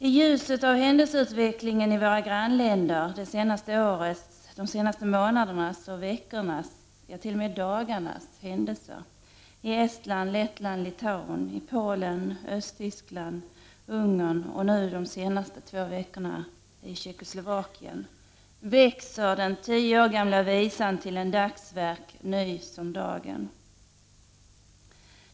I ljuset av händelseutvecklingen i våra grannländer — det senaste årets, de senaste månadernas och veckornas, ja t.o.m. dagarnas händelser i Estland, Lettland, Litauen, i Polen, Östtyskland, Ungern, och nu händelserna under de senaste två veckorna i Tjeckoslovakien — växer den tio år gamla visan till en dagsvers ny som dagen.